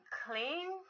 clean